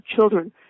children